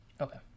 Okay